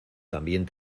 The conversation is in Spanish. también